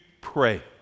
pray